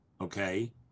okay